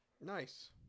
Nice